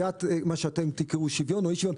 את מה שאתם תקראו לו שוויון או אי שווין.